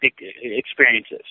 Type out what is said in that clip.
experiences